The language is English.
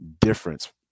difference